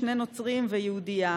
שני נוצרים ויהודייה.